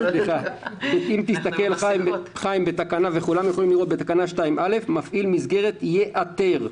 כולם יכולים לראות בתקנה 2(א): "מפעיל מסגרת יאתר ...